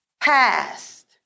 Past